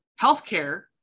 healthcare